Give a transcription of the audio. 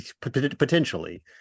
potentially